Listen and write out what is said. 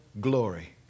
glory